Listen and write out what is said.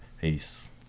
Peace